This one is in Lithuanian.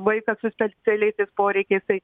vaiką su specialiaisiais poreikiais tai